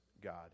God